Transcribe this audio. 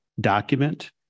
document